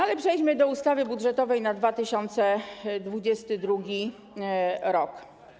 Ale przejdźmy do ustawy budżetowej na 2022 r.